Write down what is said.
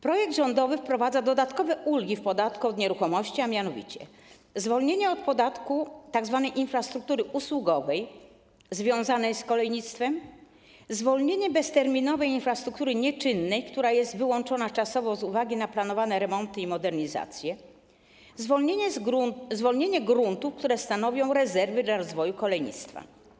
Projekt rządowy wprowadza dodatkowe ulgi w podatku od nieruchomości, a mianowicie zwolnienie od podatku tzw. infrastruktury usługowej związanej z kolejnictwem, bezterminowe zwolnienie infrastruktury nieczynnej, która jest wyłączona czasowo z uwagi na planowane remonty i modernizację, zwolnienie gruntów, które stanowią rezerwy dla rozwoju kolejnictwa.